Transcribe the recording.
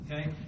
okay